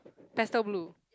pastel blue